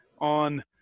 on